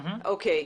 אוקיי.